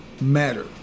matter